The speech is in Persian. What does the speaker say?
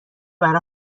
برا